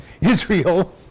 Israel